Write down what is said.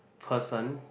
person